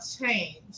change